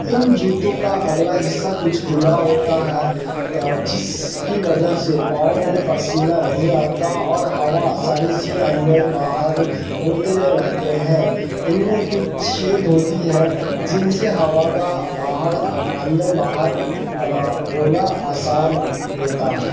ان جوتوں کا اگلا حصہ کچھ کھلا ہوتا ہے جس کی وجہ سے پاؤں میں پسینہ نہیں آتا اور ہوا آسانی سے اندر باہر ہوتے رہتے ہیں ان میں کچھ چھید ہوتی ہیں جن سے ہوا کا باہر اندر باہر ہونا آسان ہوتا ہے